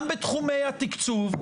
גם בתחומי התקצוב,